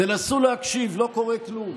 תנסו להקשיב, לא קורה כלום.